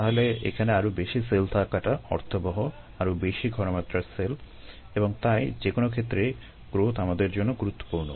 তাহলে এখানে আরো বেশি সেল থাকাটা অর্থবহ আরো বেশি ঘনমাত্রার সেল এবং তাই যেকোনো ক্ষেত্রেই গ্রোথ আমাদের জন্য গুরুত্বপূর্ণ